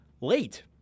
late